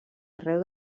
arreu